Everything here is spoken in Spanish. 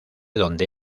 donde